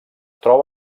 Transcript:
troba